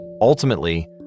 Ultimately